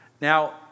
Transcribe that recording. Now